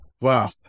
Wow